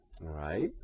right